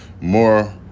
more